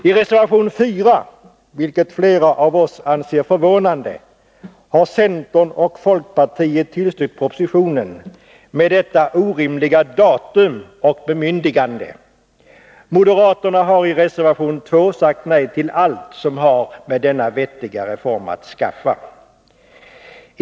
I reservation 4 har — vilket flera av oss anser förvånande — centern och folkpartiet tillstyrkt propositionen med detta orimliga slutdatum och bemyndigande. Moderaterna har i reservation 2 sagt nej till allt som har med denna vettiga reform att skaffa.